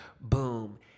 Boom